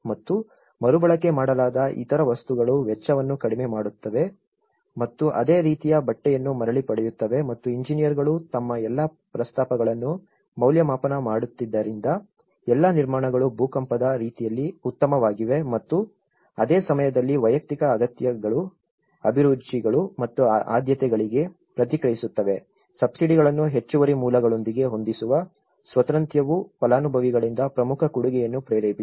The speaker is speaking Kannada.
ಮತ್ತು ಮರುಬಳಕೆ ಮಾಡಲಾದ ಇತರ ವಸ್ತುಗಳು ವೆಚ್ಚವನ್ನು ಕಡಿಮೆ ಮಾಡುತ್ತವೆ ಮತ್ತು ಅದೇ ರೀತಿಯ ಬಟ್ಟೆಯನ್ನು ಮರಳಿ ಪಡೆಯುತ್ತವೆ ಮತ್ತು ಇಂಜಿನಿಯರ್ಗಳು ತಮ್ಮ ಎಲ್ಲಾ ಪ್ರಸ್ತಾಪಗಳನ್ನು ಮೌಲ್ಯಮಾಪನ ಮಾಡುತ್ತಿದ್ದರಿಂದ ಎಲ್ಲಾ ನಿರ್ಮಾಣಗಳು ಭೂಕಂಪನದ ರೀತಿಯಲ್ಲಿ ಉತ್ತಮವಾಗಿವೆ ಮತ್ತು ಅದೇ ಸಮಯದಲ್ಲಿ ವೈಯಕ್ತಿಕ ಅಗತ್ಯಗಳು ಅಭಿರುಚಿಗಳು ಮತ್ತು ಆದ್ಯತೆಗಳಿಗೆ ಪ್ರತಿಕ್ರಿಯಿಸುತ್ತವೆ ಸಬ್ಸಿಡಿಗಳನ್ನು ಹೆಚ್ಚುವರಿ ಮೂಲಗಳೊಂದಿಗೆ ಹೊಂದಿಸುವ ಸ್ವಾತಂತ್ರ್ಯವು ಫಲಾನುಭವಿಗಳಿಂದ ಪ್ರಮುಖ ಕೊಡುಗೆಯನ್ನು ಪ್ರೇರೇಪಿಸಿತು